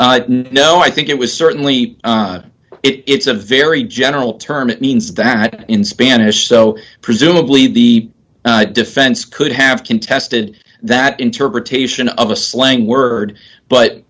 of no i think it was certainly it's a very general term it means that in spanish so presumably the defense could have contested that interpretation of a slang word but